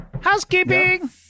housekeeping